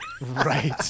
Right